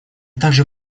также